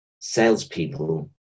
salespeople